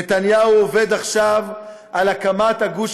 נתניהו עובד עכשיו על הקמת הגוש